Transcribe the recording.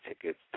tickets